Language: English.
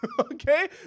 Okay